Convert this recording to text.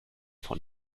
von